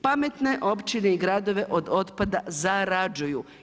Pametne općine i gradove od otpada zarađuju.